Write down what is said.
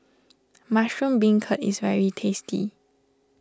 Mushroom Beancurd is very tasty